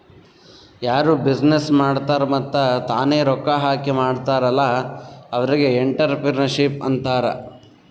ಯಾರು ಬಿಸಿನ್ನೆಸ್ ಮಾಡ್ತಾರ್ ಮತ್ತ ತಾನೇ ರೊಕ್ಕಾ ಹಾಕಿ ಮಾಡ್ತಾರ್ ಅಲ್ಲಾ ಅವ್ರಿಗ್ ಎಂಟ್ರರ್ಪ್ರಿನರ್ಶಿಪ್ ಅಂತಾರ್